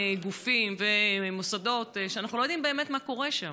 גופים ומוסדות שאנחנו לא יודעים באמת מה קורה שם.